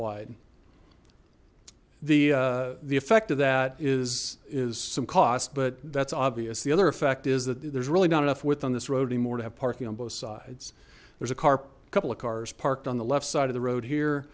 wide the the effect of that is is some cost but that's obvious the other effect is that there's really not enough width on this road anymore to have parking on both sides there's a car a couple of cars parked on the left side of the road here